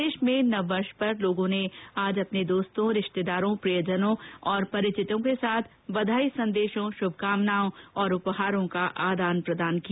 प्रदेश में नववर्ष पर लोगों ने आज अपने दोस्तों रिश्तेदारों प्रियजनों और परिचितों के साथ बधाई संदेशों शुभकामनाओं और उपहारों का आदान प्रदान किया